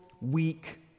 weak